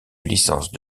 licence